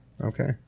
Okay